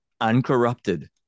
uncorrupted